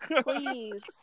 please